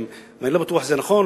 ואני לא בטוח שזה נכון.